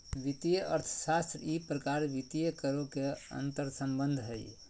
वित्तीय अर्थशास्त्र ई प्रकार वित्तीय करों के अंतर्संबंध हइ